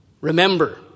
Remember